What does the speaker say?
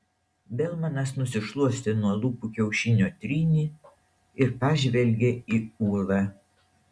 belmanas nusišluostė nuo lūpų kiaušinio trynį ir pažvelgė į ūlą